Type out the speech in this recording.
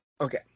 Okay